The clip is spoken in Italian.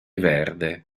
verde